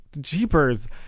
jeepers